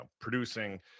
producing